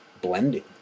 blending